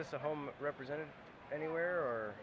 this a home represented anywhere or